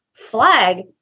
Flag